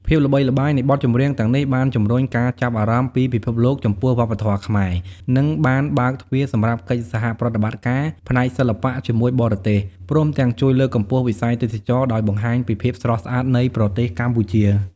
ភាពល្បីល្បាញនៃបទចម្រៀងទាំងនេះបានជំរុញការចាប់អារម្មណ៍ពីពិភពលោកចំពោះវប្បធម៌ខ្មែរ និងបានបើកទ្វារសម្រាប់កិច្ចសហប្រតិបត្តិការផ្នែកសិល្បៈជាមួយបរទេស ព្រមទាំងជួយលើកកម្ពស់វិស័យទេសចរណ៍ដោយបង្ហាញពីភាពស្រស់ស្អាតនៃប្រទេសកម្ពុជា។